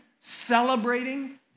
celebrating